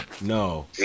No